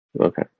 Okay